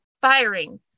firing